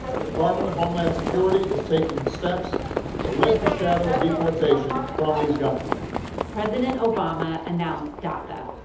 the department of homeland security is taking steps to lift the shadow of deportation from these young people president obama announced daca.